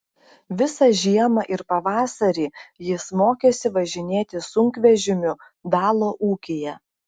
visą žiemą ir pavasarį jis mokėsi važinėti sunkvežimiu dalo ūkyje